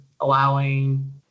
allowing